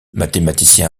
mathématicien